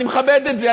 ואני מכבד את זה,